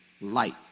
Light